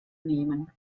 nehmen